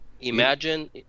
Imagine